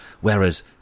whereas